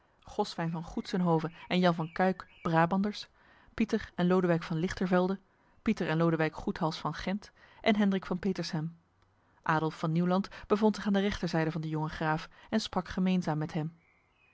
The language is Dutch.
goswyn van goetsenhoven en jan van cuyck brabanders pieter en lodewyk van lichtervelde pieter en lodewyk goethals van gent en hendrik van petershem adolf van nieuwland bevond zich aan de rechterzijde van de jonge graaf en sprak gemeenzaam met hem